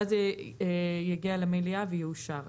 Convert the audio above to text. ואז יגיע למליאה ויאושר.